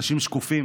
אנשים שקופים